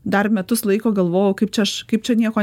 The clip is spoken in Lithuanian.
dar metus laiko galvojau kaip čia aš kaip čia nieko